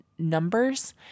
Numbers